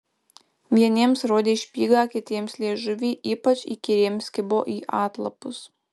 vieniems rodė špygą kitiems liežuvį ypač įkyriems kibo į atlapus